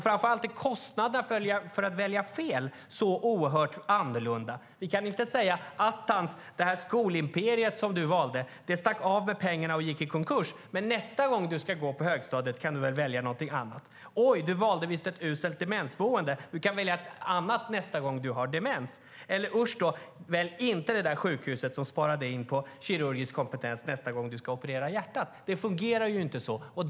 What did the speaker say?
Framför allt är kostnaderna för att välja fel så oerhört annorlunda. Vi kan inte säga: Attan, skolimperiet du valde stack med pengarna och gick i konkurs. Nästa gång du ska gå på högstadiet kan du väl välja någonting annat. Oj, du valde visst ett uselt demensboende. Du kan välja ett annat nästa gång du har demens. Usch då, välj inte det där sjukhuset som sparade in på kirurgisk kompetens nästa gång du ska operera hjärtat. Det fungerar ju inte så.